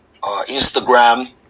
instagram